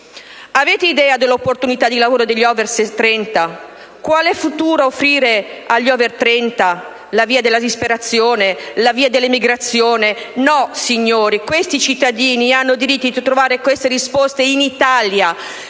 Avete idea dell'opportunità di lavoro degli individui *over* 30? Quale futuro offrire agli *over* 30? La via della disperazione? La via dell'emigrazione? No, signori, questi cittadini hanno diritto di trovare queste risposte in Italia!